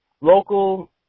local